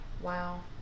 Wow